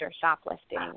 shoplifting